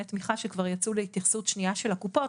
תמיכה שיצאו להתייחסות שנייה של הקופות.